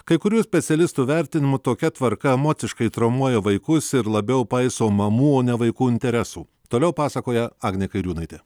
kai kurių specialistų vertinimu tokia tvarka emociškai traumuoja vaikus ir labiau paiso mamų o ne vaikų interesų toliau pasakoja agnė kairiūnaitė